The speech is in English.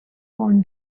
own